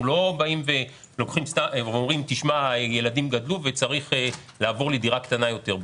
אנחנו לא אומרים שהילדים גדלו וצריך לעבור לדירה קטנה יותר.